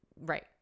Right